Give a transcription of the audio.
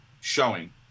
showing